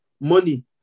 money